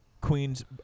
Queen's